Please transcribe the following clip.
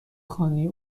خانه